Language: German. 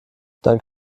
dank